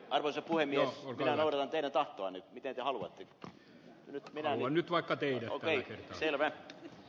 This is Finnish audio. arvoisa puhemies eero tapani kiteitä haluatteko nyt meillä on nyt vaikka pihojen selvä